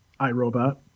iRobot